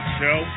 show